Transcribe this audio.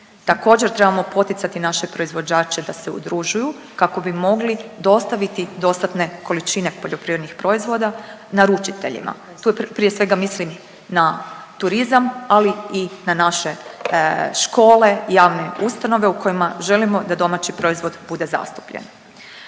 Također trebamo poticati naše proizvođače da se udružuju kako bi mogli dostaviti dostatne količine poljoprivrednih proizvoda naručiteljima. Tu prije svega mislim na turizam, ali i na naše škole, javne ustanove u kojima želimo da domaći proizvod bude zastupljen.